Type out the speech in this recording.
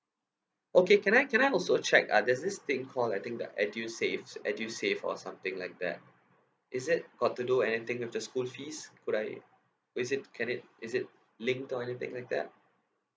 okay can I can I also check uh there's this thing called I think the edusave's edusave or something like that is it got to do anything with the school fees could I is it can it is it linked or anything like that